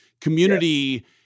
community